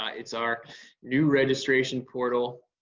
ah it's our new registration portal.